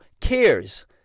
cares